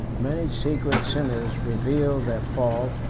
many secret sinners revealed their fault,